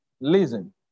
Listen